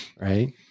Right